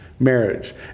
marriage